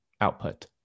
output